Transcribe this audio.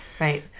right